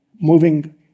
moving